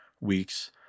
weeks